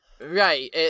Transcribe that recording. right